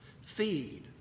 Feed